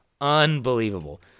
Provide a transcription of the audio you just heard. Unbelievable